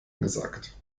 angesagt